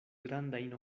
grandajn